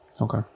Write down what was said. Okay